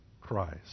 Christ